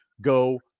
Go